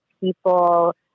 people